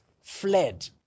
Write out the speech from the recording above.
fled